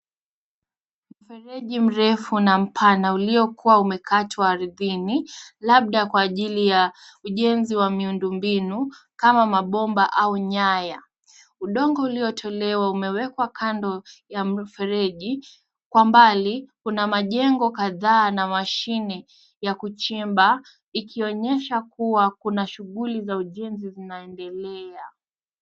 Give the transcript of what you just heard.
Mfereji mrefu na mpana uliokuwa umekatwa ardhini labda kwa ajili ya ujenzi wa miundo mbinu kama mabomba au nyaya. Udongo uliotolewa umewekwa kando ya mfereji. Kwa mbali kuna majengo kadhaa na mashine ya kuchimba ikionyesha kuwa kuna shughuli za ujenzi zinaendelea.